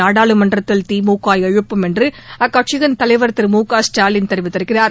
நாடாளுமன்றத்தில் திமுக எழுப்பும் என்று அக்கட்சியின் தலைவா் திரு மு க ஸ்டாலின் கூறியிருக்கிறார்